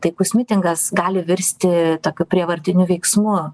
taikus mitingas gali virsti tokiu prievartiniu veiksmu